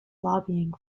lobbying